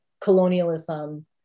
colonialism